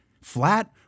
flat